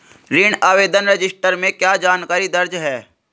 ऋण आवेदन रजिस्टर में क्या जानकारी दर्ज है?